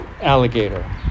alligator